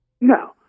No